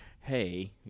hey